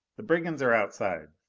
the brigands are outside!